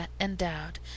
endowed